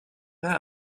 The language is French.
peint